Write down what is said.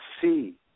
see